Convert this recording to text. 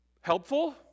Helpful